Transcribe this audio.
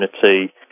community